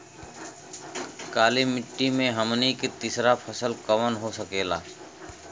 काली मिट्टी में हमनी के तीसरा फसल कवन हो सकेला?